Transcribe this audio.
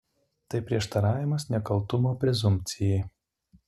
tai prieštaravimas nekaltumo prezumpcijai